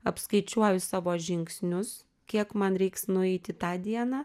apskaičiuoju savo žingsnius kiek man reiks nueiti tą dieną